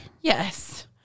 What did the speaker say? Yes